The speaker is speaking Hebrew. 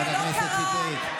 חברת הכנסת שטרית.